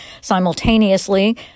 Simultaneously